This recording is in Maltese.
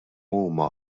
huma